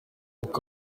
kuko